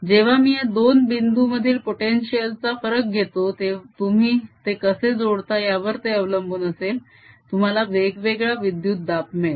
जेव्हा मी या दोन बिंदू मधील पोटेन्शिअल चा फरक घेतो तुम्ही ते कसे जोडता यावर ते अवलंबून असेल तुम्हाला वेगवेगळा विद्युत दाब मिळेल